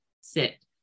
sit